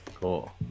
cool